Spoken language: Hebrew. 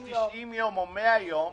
הסתייגויות עד 250 ימים.